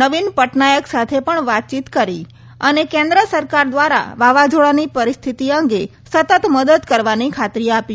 નવીન પટનાયક સાથે પણ વાતચીત કરી અને કેન્દ્ર સરકાર દ્વારા વાવાઝોડાની સ્થિતિ અંગે સતત મદદ કરવાની ખાતીર આપી